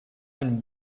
been